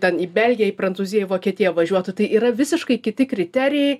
ten į belgiją į prancūziją į vokietiją važiuotų tai yra visiškai kiti kriterijai